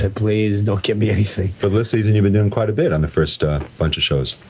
please, don't give me anything. but this season you've been doing quite a bit on the first bunch of shows.